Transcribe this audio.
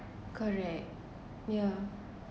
correct yeah